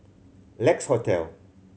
Lex Hotel